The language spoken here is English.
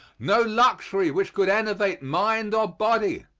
no luxury which could enervate mind or body.